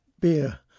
beer